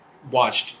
Watched